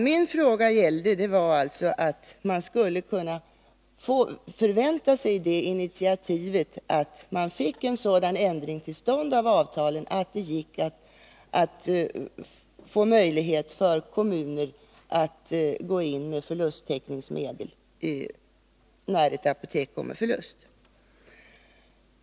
: Min fråga gick alltså ut på att man skulle kunna förvänta sig ett initiativ så att man fick en ändring av avtalet till stånd som gav kommuner möjlighet att gå in med förlusttäckningsmedel när ett apotek går med förlust.